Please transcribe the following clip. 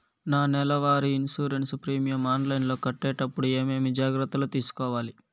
నా నెల వారి ఇన్సూరెన్సు ప్రీమియం ఆన్లైన్లో కట్టేటప్పుడు ఏమేమి జాగ్రత్త లు తీసుకోవాలి?